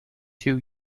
two